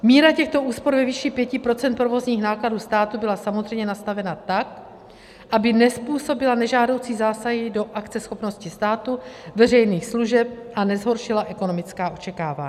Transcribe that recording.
Míra těchto úspor ve výši 5 % provozních nákladů státu byla samozřejmě nastavena tak, aby nezpůsobila nežádoucí zásahy do akceschopnosti státu, veřejných služeb a nezhoršila ekonomická očekávání.